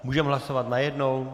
Můžeme hlasovat najednou?